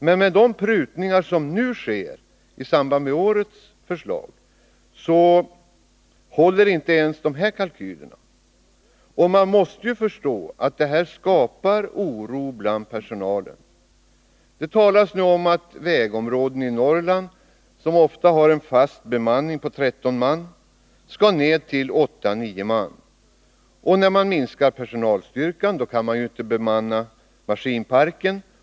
Men med de prutningar som nu sker i samband med årets förslag håller inte ens de här kalkylerna. Man måste förstå att det skapas oro bland personalen. Nu talas det om att vägområden i Norrland som ofta har en fast bemanning på 13 man skall ha en bemanning på 89 man. Då man minskar personalstyrkan, kan man inte bemanna maskinparken.